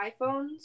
iPhones